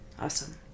Awesome